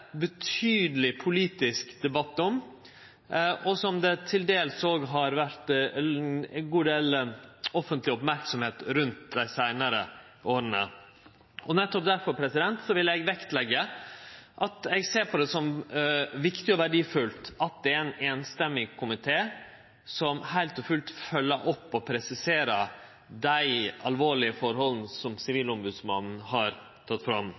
betydeleg politisk debatt om, og som det til dels òg har vore ein god del offentleg merksemd rundt dei seinare åra. Nettopp difor vil eg vektleggje at eg ser på det som viktig og verdifullt at det er ein samrøystes komité som heilt og fullt følgjer opp og presiserer dei alvorlege forholda som Sivilombodsmannen har teke fram,